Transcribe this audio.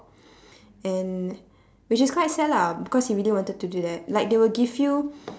and which is quite sad lah because he really wanted to do that like they will give you